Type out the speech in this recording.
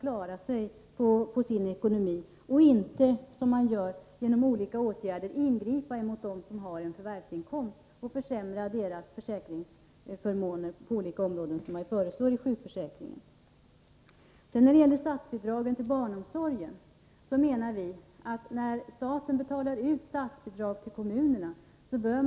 Man skall inte genom olika åtgärder ingripa emot dem som har en förvärvsinkomst och försämra deras försäkringsförmåner på olika områden, vilket föreslås när det gäller sjukförsäkringen, t.ex. Sedan till frågan om statsbidragen till barnomsorgen.